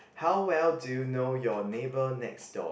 how well do you know your neighbour next door